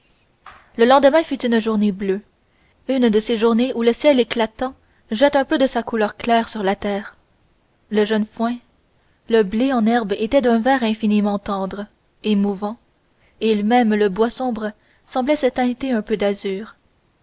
le lendemain fut une journée bleue une de ces journées où le ciel éclatant jette un peu de sa couleur claire sur la terre le jeune foin le blé en herbe étaient d'un vert infiniment tendre émouvant et même le bois sombre semblait se teinter un peu d'azur